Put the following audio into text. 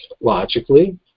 logically